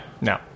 No